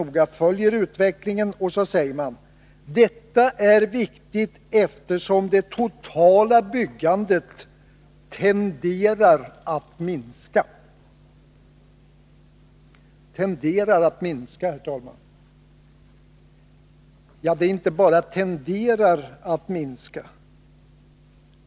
Och så industrin säger utskottet: ”Detta är viktigt eftersom det totala byggandet tenderar att minska.” Ja, det inte bara tenderar att minska.